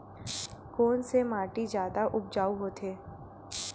कोन से माटी जादा उपजाऊ होथे?